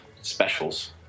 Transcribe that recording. specials